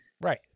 Right